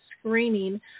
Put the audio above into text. screening